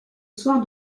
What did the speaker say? soir